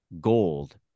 gold